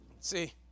See